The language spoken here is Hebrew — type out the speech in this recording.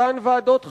אותן ועדות חקירה,